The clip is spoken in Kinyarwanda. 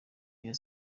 rayon